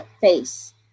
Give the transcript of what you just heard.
face